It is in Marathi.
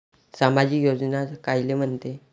सामाजिक योजना कायले म्हंते?